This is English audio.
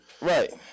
Right